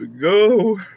go